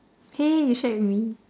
!hey! you shared with me